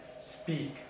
speak